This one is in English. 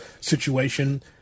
situation